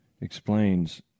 explains